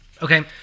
Okay